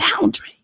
boundary